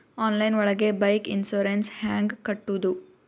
Online ಒಳಗೆ bike insurance ಹ್ಯಾಂಗ್ ಕಟ್ಟುದು?